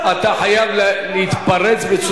מה אתה מעוות את המציאות?